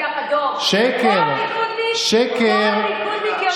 חכה, יש גם הסתייגויות.